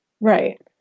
Right